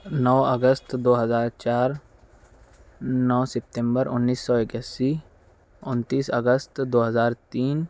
نو اگست دو ہزار چار نو سپتمبر اُنیس سو اکیاسی اُنتیس اگست دو ہزار تین